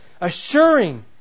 assuring